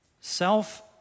self